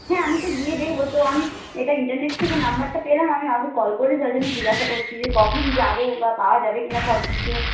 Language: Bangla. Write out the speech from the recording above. হ্যাঁ আমি তো গিয়ে দেখবো তো আমি এটা ইন্টারনেট থেকে নাম্বারটা পেলাম আমি আগে কল করে যার জন্যে জিজ্ঞাসা করছি যে কখন যাব বা পাওয়া যাবে কি না সব কিছু